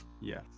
Yes